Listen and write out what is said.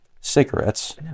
cigarettes